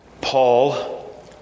Paul